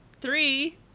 Three